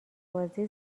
بازی